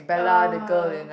ah